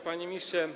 Panie Ministrze!